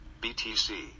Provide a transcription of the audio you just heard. BTC